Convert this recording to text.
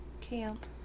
Camp